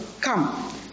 come